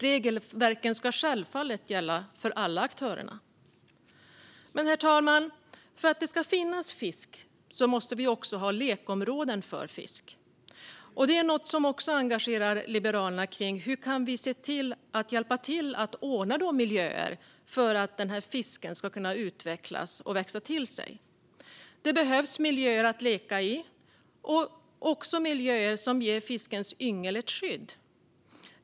Regelverken ska självfallet gälla för alla aktörer. Herr talman! För att det ska finnas fisk måste det också finnas lekområden för fisk. Det är något som också engagerar Liberalerna. Hur kan vi hjälpa till att ordna miljöer för att fisken ska kunna utvecklas och växa till sig? Det behövs miljöer för fisken att leka i och också miljöer som ger fiskens yngel skydd.